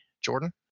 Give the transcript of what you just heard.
Jordan